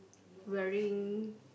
wearing